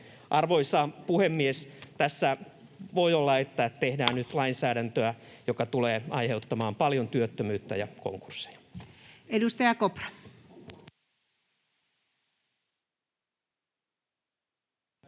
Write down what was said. Arvoisa puhemies! Tässä voi olla, että tehdään nyt lainsäädäntöä, joka tulee aiheuttamaan paljon työttömyyttä ja konkursseja.